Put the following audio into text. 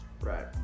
Right